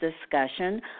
discussion